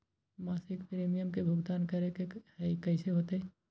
मासिक प्रीमियम के भुगतान करे के हई कैसे होतई?